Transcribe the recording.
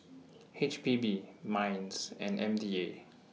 H P B Minds and M D A